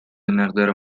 مقدار